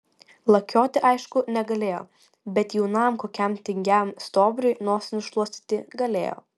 lakioti aišku negalėjo bet jaunam kokiam tingiam stuobriui nosį nušluostyti galėjo